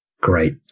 great